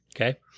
Okay